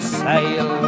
sail